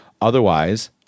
Otherwise